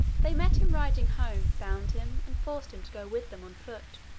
they met him riding home, bound him, and forced him to go with them on foot.